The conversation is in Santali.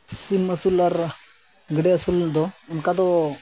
ᱥᱤᱢ ᱟᱹᱥᱩᱞ ᱟᱨ ᱜᱮᱰᱮ ᱟᱹᱥᱩᱞ ᱨᱮᱫᱚ ᱚᱱᱠᱟ ᱫᱚ